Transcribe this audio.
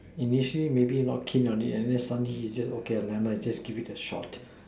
initially maybe not keen on it and then suddenly okay never mind just give it a shot